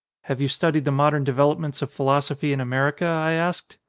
have you studied the modern developments of philosophy in america? i asked.